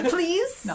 Please